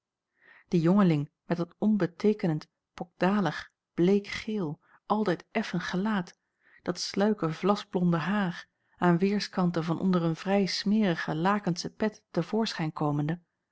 dien jongeling met dat onbeteekenend pokdalig bleekgeel altijd effen gelaat dat sluike vlasblonde haar aan weêrskanten van onder een vrij smerige lakensche pet te voorschijn komende